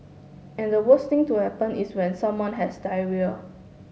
and the worst thing to happen is when someone has diarrhoea